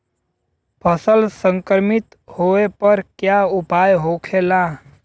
फसल संक्रमित होने पर क्या उपाय होखेला?